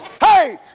Hey